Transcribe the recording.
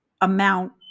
amount